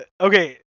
Okay